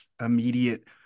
immediate